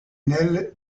nel